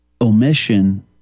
omission